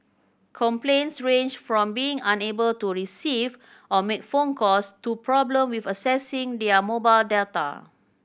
complaints ranged from being unable to receive or make phone calls to problem with accessing their mobile data